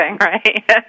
right